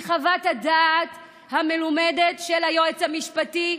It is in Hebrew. כי חוות הדעת המלומדת של היועץ המשפטי,